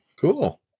Cool